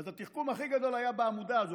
אז התחכום הכי גדול היה בעמודה הזו.